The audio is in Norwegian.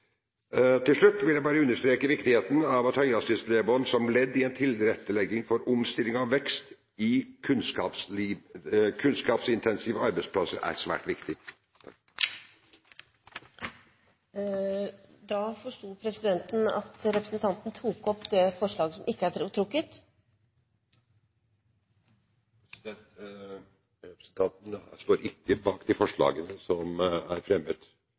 Til slutt vil jeg bare understreke at høyhastighetsbredbånd som ledd i en tilrettelegging for omstilling og vekst i kunnskapsintensive arbeidsplasser er svært viktig.